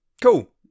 cool